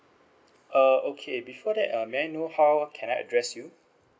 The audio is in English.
uh okay before that um may I know how can I address you